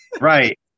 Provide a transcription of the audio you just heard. Right